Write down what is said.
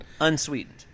unsweetened